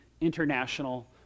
international